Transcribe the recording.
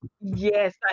yes